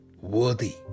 worthy